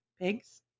pigs